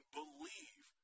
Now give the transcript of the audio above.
believe